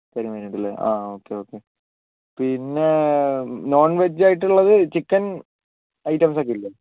കരിമീൻ ഉണ്ടല്ലേ ആ ഓക്കെ ഓക്കെ പിന്നെ നോൺവെജ് ആയിട്ടുള്ളത് ചിക്കൻ ഐറ്റംസ് ഒക്കെ ഇല്ലേ